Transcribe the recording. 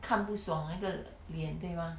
看不爽一个脸对吗